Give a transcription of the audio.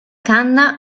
canna